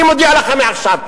אני מודיע לך מעכשיו,